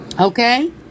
Okay